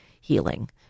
healing